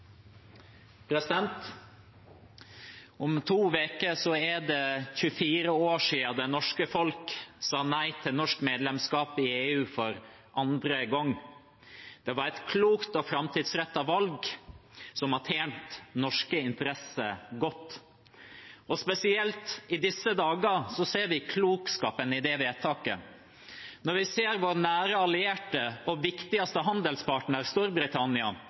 Om to uker er det 24 år siden det norske folk sa nei til norsk medlemskap i EU for andre gang. Det var et klokt og framtidsrettet valg, som har tjent norske interesser godt. Spesielt i disse dager ser vi klokskapen i det vedtaket. Når vi ser vår nære allierte og viktigste handelspartner, Storbritannia, som er